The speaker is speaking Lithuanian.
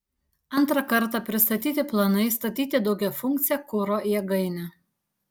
antrą kartą pristatyti planai statyti daugiafunkcę kuro jėgainę